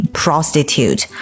prostitute